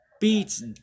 beats